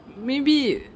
maybe